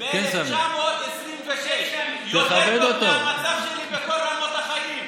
שבו נולד סבא שלי ב-1926 יותר טוב מהמצב שלי בכל רמות החיים,